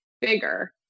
bigger